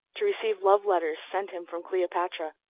to receive love-letters sent him from cleopatra,